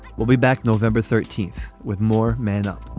we'll be back november thirteenth with more man up